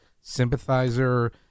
sympathizer